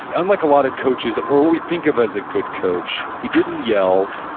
yeah unlike a lot of coaches, or what we think of as a good coach, he didn't yell,